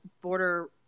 border